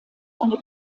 eine